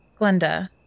Glenda